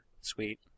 Sweet